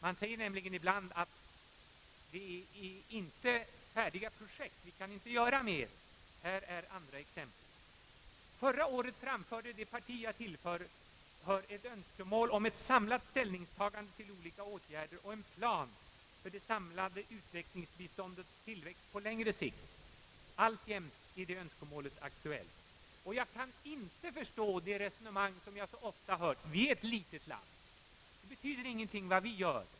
Det sägs nämligen ibland att det inte finns färdiga projekt och att vi inte kan göra mera. Här ges andra exempel. Förra året framförde det parti som jag tillhör ett önskemål om ett samlat ställningstagande till olika åtgärder och en plan för det samlade utvecklingsbiståndets tillväxt på längre sikt. Alltjämt är detta önskemål aktuellt. Jag kan inte förstå det resonemang som jag så ofta har hört, nämligen att » Vi är ett litet land och det betyder inte någonting vad vi gör».